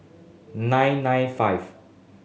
nine nine five